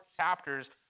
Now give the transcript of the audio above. chapters